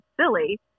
silly